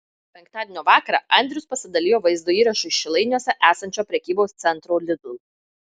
penktadienio vakarą andrius pasidalijo vaizdo įrašu iš šilainiuose esančio prekybos centro lidl